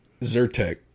Zyrtec